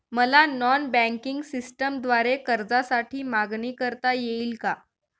मला non banking सिस्टमद्वारे कर्जासाठी मागणी करता येईल का?